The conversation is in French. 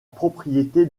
propriété